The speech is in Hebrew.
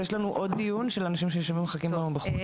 בבקשה.